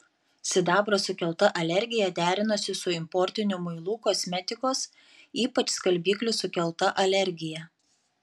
sidabro sukelta alergija derinosi su importinių muilų kosmetikos ypač skalbiklių sukelta alergija